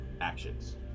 actions